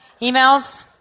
Emails